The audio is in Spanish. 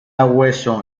hueso